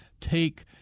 take